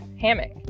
hammock